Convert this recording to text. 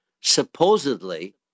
supposedly